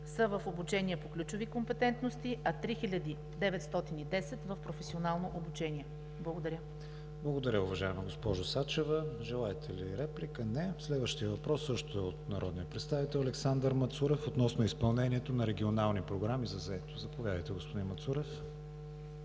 са в обучение по ключови компетентности, а 3910 – в професионално обучение. Благодаря. ПРЕДСЕДАТЕЛ КРИСТИАН ВИГЕНИН: Благодаря, уважаема госпожо Сачева. Желаете ли реплика? Не. Следващият въпрос също е от народния представител Александър Мацурев относно изпълнението на регионални програми за заетост. Заповядайте, господин Мацурев.